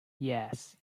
yes